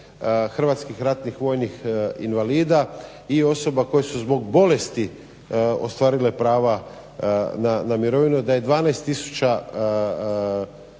hrvatskih ratnih vojnih invalida i osoba koje su zbog bolesti ostvarile prava na mirovinu da je 12 tisuća